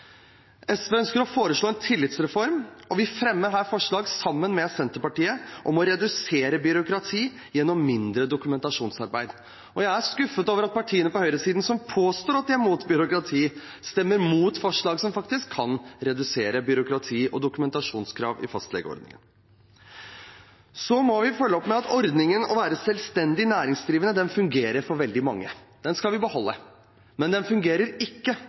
SV ønsker å foreslå en tillitsreform, og vi fremmer her forslag sammen med Senterpartiet om å redusere byråkrati gjennom mindre dokumentasjonsarbeid. Jeg er skuffet over at partiene på høyresiden, som påstår at de er imot byråkrati, stemmer imot forslag som faktisk kan redusere byråkrati og dokumentasjonskrav i fastlegeordningen. Vi må følge opp med at ordningen med å være selvstendig næringsdrivende fungerer for veldig mange, den skal vi beholde, men den fungerer ikke